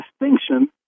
distinction